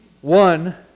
one